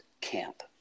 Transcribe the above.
camp